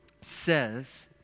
says